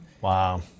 Wow